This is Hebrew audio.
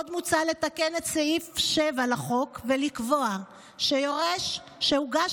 עוד מוצע לתקן את סעיף 7 לחוק ולקבוע שיורש שהוגש